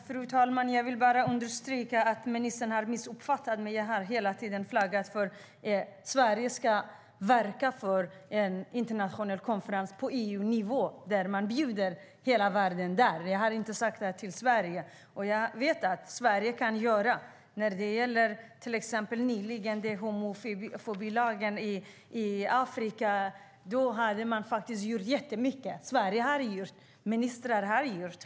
Fru talman! Jag vill bara understryka att ministern har missuppfattat mig. Jag har hela tiden flaggat för att Sverige ska verka för en internationell konferens på EU-nivå, där man bjuder in hela världen. Jag har inte sagt att den ska hållas i Sverige. Sverige kan göra mycket. När det gällde homofobilagen i Afrika nyligen gjorde Sverige och svenska ministrar mycket.